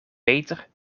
peter